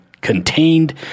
contained